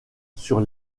sur